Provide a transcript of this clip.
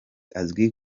azwi